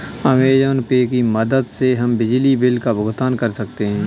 Amazon Pay की मदद से हम बिजली बिल का भुगतान कर सकते हैं